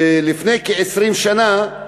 לפני כ-20 שנה,